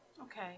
Okay